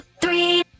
three